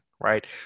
right